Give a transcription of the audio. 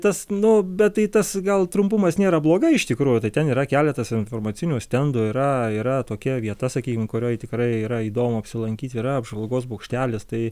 tas nu bet tai tas gal trumpumas nėra blogai iš tikrųjų tai ten yra keletas informacinių stendų yra yra tokia vieta sakykim kurioj tikrai yra įdomu apsilankyt yra apžvalgos bokštelis tai